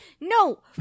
No